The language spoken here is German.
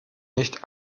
nicht